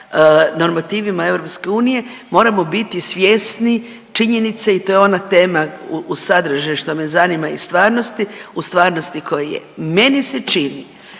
normativima Europske unije moramo biti svjesni činjenice i to je ona tema u sadržaju što me zanima i stvarnosti u stvarnosti koja je. Meni se čini,